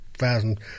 thousand